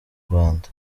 rwanda